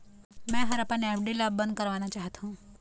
मै ह अपन एफ.डी ला अब बंद करवाना चाहथों